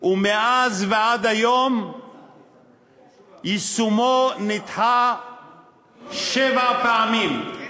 ומאז ועד היום יישומו נדחה שבע פעמים.